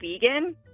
vegan